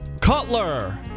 Cutler